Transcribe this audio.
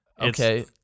okay